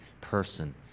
person